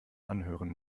anhören